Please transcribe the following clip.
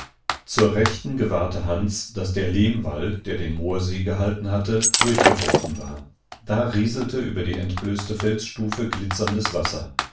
zur rechten gewahrte hans daß der lehmwall der den moorsee gehalten hatte durchgebrochen war da rieselte über die entblößte felsstufe glitzerndes wasser